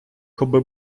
коби